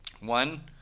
One